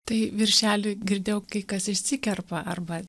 tai viršelį girdėjau kai kas išsikerpa arba